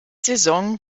saison